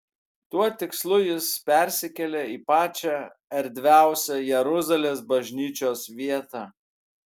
tuo tikslu jis persikėlė į pačią erdviausią jeruzalės bažnyčios vietą